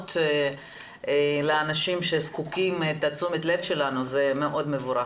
היוזמות לאנשים שזקוקים לתשומת הלב שלנו זה מאוד מבורך.